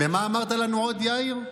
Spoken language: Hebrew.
מה אמרת לנו עוד, יאיר,